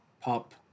pop